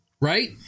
Right